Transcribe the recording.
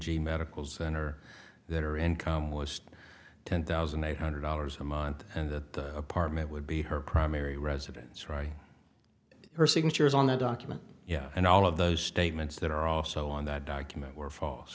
g medical center that her income was ten thousand eight hundred dollars a month and the apartment would be her primary residence right her signature is on that document yeah and all of those statements that are also on that document were fal